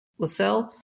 lassell